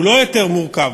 הוא לא יותר מורכב,